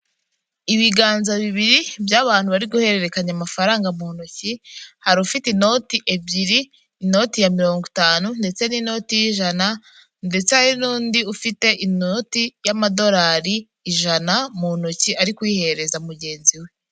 Ibiganza bibiri by'abantu bari guhererekanya amafaranga mu ntoki, hari ufite inoti ebyiri, inoti ya mirongo itanu ndetse n'inoti y'ijana, ndetse hari n'undi ufite inoti y'amadorari ijana mu ntoki ari kuyihereza mugenzi we.